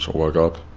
woke up